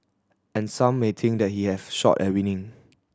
and some may think that he have shot winning